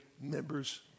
members